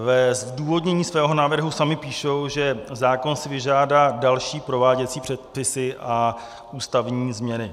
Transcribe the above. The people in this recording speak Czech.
Ve zdůvodnění svého návrhu sami píšou, že zákon si vyžádá další prováděcí předpisy a ústavní změny.